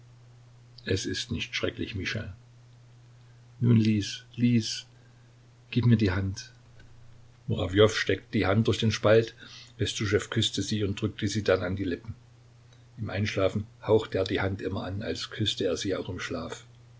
es ist nicht schrecklich mischa nun lies lies gib mir die hand murawjow steckte die hand durch den spalt bestuschew küßte sie und drückte sie dann an die lippen im einschlafen hauchte er die hand immer an als küßte er sie auch im schlaf